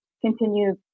continue